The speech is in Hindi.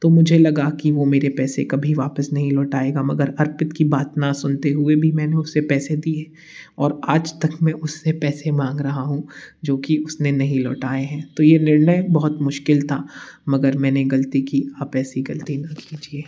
तो मुझे लगा कि वो मेरे पैसे कभी वापस नहीं लौटाएगा मगर अर्पित की बात न सुनते हुए भी मैंने उसे पैसे दिए और आज तक मैं उससे पैसे मांग रहा हूँ जोकि उसने नहीं लौटाए हैं तो ये निर्णय बहुत मुश्किल था मगर मैंने गलती की आप ऐसी गलती न कीजिए